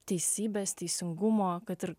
teisybės teisingumo kad ir